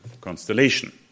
constellation